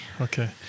Okay